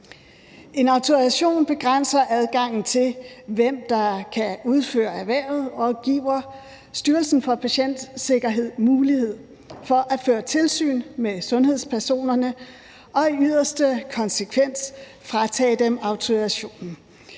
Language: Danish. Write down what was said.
En autorisation begrænser adgangen til, hvem der kan udføre erhvervet, og giver Styrelsen for Patientsikkerhed mulighed for at føre tilsyn med sundhedspersonerne og i yderste konsekvens fratage dem autorisationen.